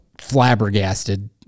flabbergasted